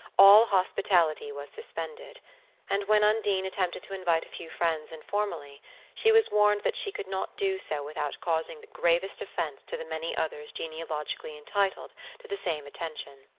all hospitality was suspended and when undine attempted to invite a few friends informally she was warned that she could not do so without causing the gravest offense to the many others genealogically entitled to the same attention.